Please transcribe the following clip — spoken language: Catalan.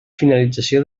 finalització